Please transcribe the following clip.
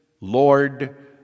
Lord